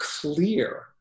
clear